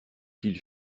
qu’il